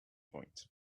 point